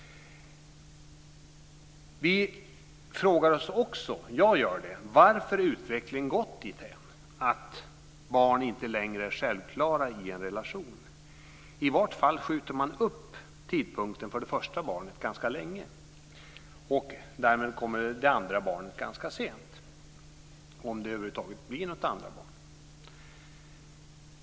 Vi frågar oss också - jag gör det - varför utvecklingen har gått dithän att barn inte längre är självklara i en relation. I varje fall skjuter man upp tidpunkten för det första barnet ganska länge, och därmed kommer det andra barnet ganska sent, om det över huvud taget blir något andra barn.